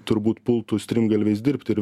turbūt pultų strimgalviais dirbt ir